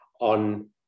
on